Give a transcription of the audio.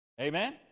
Amen